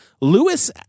Lewis